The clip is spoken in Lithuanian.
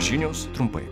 žinios trumpai